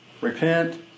repent